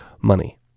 money